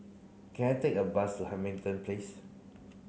can I take a bus to Hamilton Place